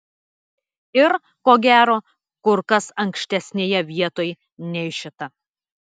ir ko gero kur kas ankštesnėje vietoj nei šita